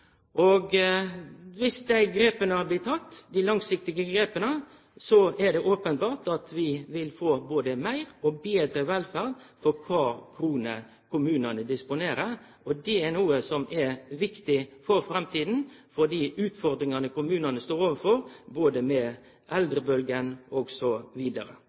dei langsiktige grepa hadde blitt tekne, er det openbert at vi ville ha fått både meir og betre velferd for kvar krone kommunane disponerer. Det er noko som er viktig for framtida med tanke på dei utfordringane kommunane står overfor med